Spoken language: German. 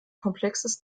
komplexes